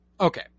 Okay